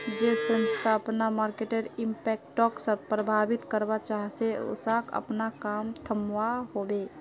जेल संस्था अपना मर्केटर इम्पैक्टोक प्रबधित करवा चाह्चे उसाक अपना काम थम्वा होबे